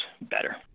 better